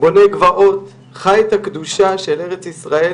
בונה גבעות, חי את הקדושה של ארץ ישראל